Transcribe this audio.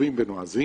טובים ונועזים,